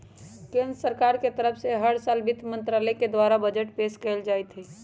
केन्द्र सरकार के तरफ से हर साल वित्त मन्त्रालय के द्वारा बजट पेश कइल जाईत हई